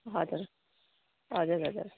हजुर हजुर हजुर